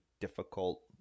difficult